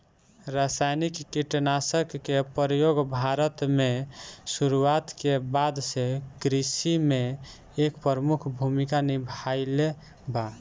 रासायनिक कीटनाशक के प्रयोग भारत में शुरुआत के बाद से कृषि में एक प्रमुख भूमिका निभाइले बा